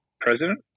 president